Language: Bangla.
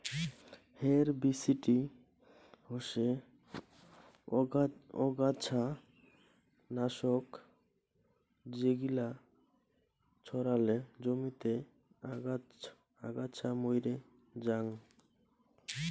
হেরবিসিডি হসে অগাছা নাশক যেগিলা ছড়ালে জমিতে আগাছা মইরে জাং